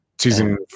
season